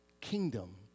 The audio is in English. kingdom